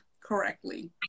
correctly